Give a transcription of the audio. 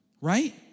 Right